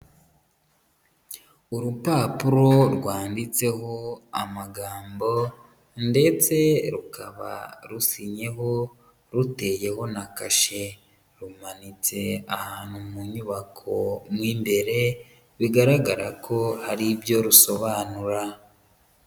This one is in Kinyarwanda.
Urupapuro rwanditseho amagambo ndetse rukaba rusinyeho ruteyeho na kashe, rumanitse ahantu mu nyubako mo imbere, bigaragara ko hari ibyo rusobanura.